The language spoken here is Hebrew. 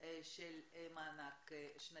של מענק שנתי,